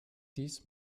dies